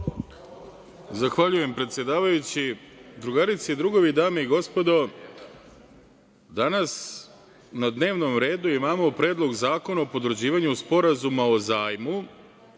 Zahvaljujem predsedavajući. Drugarice i drugovi, dame i gospodo, danas na dnevnom redu imamo Predlog zakona o potvrđivanju Sporazuma o zajmu,